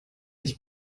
nicht